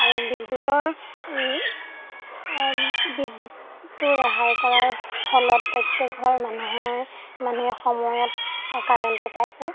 আৰু বিদ্যুতৰ বিদ্যুতটো ৰেহাই কৰাৰ ফলত প্ৰত্যেকঘৰ মানুহৰ মানুহে সময়ত কাৰেণ্টটো পাইছে